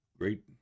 Great